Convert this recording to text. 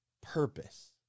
purpose